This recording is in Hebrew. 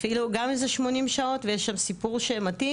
אפילו גם אם זה 80 שעות ויש שם סיפור שמתאים,